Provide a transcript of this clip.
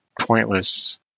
pointless